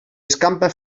escampa